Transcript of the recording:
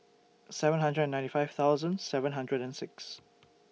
seven hundred and ninety five thousand seven hundred and six